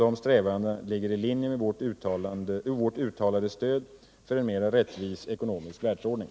Dessa strävanden ligger i linje med vårt uttalade stöd för en mer rättvis ekonomisk världsordning.